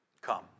Come